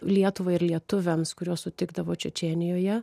lietuvai ir lietuviams kuriuos sutikdavo čečėnijoje